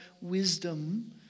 wisdom